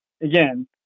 again